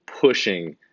pushing